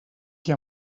qui